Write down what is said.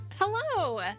Hello